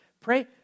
Pray